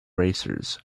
racers